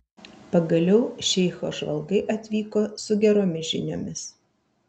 pagaliau šeicho žvalgai atvyko su geromis žiniomis